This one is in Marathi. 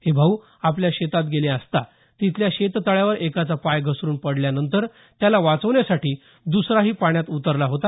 हे भाऊ आपल्या शेतात गेले असता तिथल्या शेततळ्यात एकाचा पाय घसरून पडल्यानंतर त्याला वाचवण्यासाठी द्रसराही पाण्यात उतरला होता